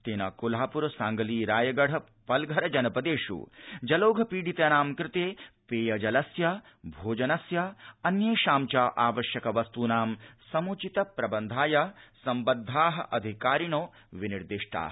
तेन कोल्हाप्र सांगली रायगढ़ पल्घर जलपदेष् जलौघ पीडितानां कृते पेयजलस्य भोजनस्य अन्येषां च आवश्यक वस्तूनां समुचित प्रबन्धाय सम्बद्धा अधिकारिणो विनिर्दिष्टा